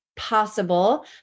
possible